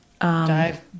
Dive